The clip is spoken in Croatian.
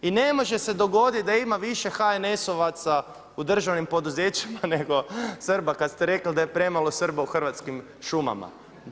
I ne može se dogoditi da ima više HNS-ovaca u državnim poduzećima nego Srba kada ste rekli da je premalo Srba u Hrvatskim šumama.